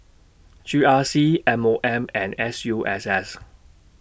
G R C M O M and S U S S